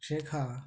শেখা